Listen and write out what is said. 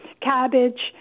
cabbage